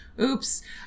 Oops